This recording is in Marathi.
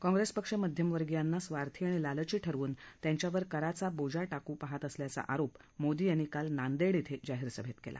कॉंप्रेस पक्ष मध्यमवर्गीयांना स्वार्थी आणि लालची ठरवून त्यांच्यावर कराचा बोजा टाकू पाहत असल्याचा आरोप मोदी यांनी काल नांदेड येथे जाहीर सभेत केला